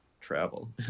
travel